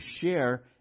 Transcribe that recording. share